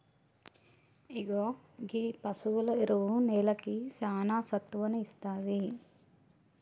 ఇగో గీ పసువుల ఎరువు నేలకి సానా సత్తువను ఇస్తాది